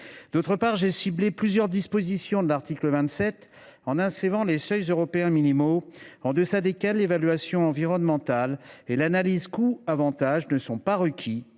second lieu, j’ai ciblé plusieurs dispositions de l’article 27, en introduisant les seuils européens minimaux en deçà desquels l’évaluation environnementale et l’analyse coûts avantages ne sont pas requis